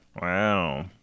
Wow